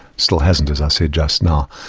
still hasn't, as i said just now.